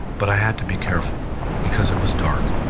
but i had to be careful because it was dark.